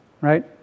right